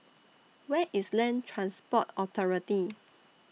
Where IS Land Transport Authority